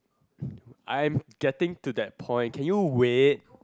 I'm getting to that point can you wait